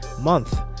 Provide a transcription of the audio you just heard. month